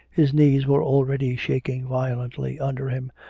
his knees were already shaking violently under him,